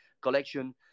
collection